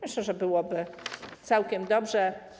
Myślę, że byłoby całkiem dobrze.